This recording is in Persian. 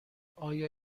آیا